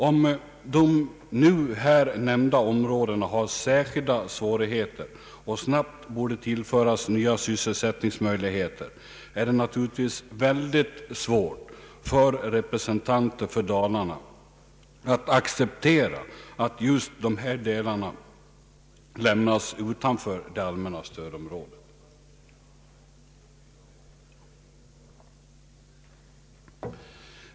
Om nu de här nämnda områdena har särskilda svårigheter och snabbt borde tillföras nya sysselsättningsmöjligheter, är det naturligtvis mycket svårt för representanter Ang. regionalpolitiken för Dalarna att acceptera att just dessa delar lämnas utanför det allmänna stödområdet.